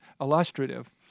illustrative